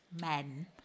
men